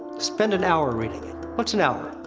spend an hour reading it. what's an hour?